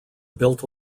built